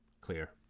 clear